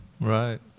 Right